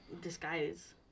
disguise